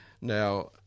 Now